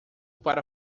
para